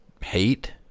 hate